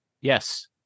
yes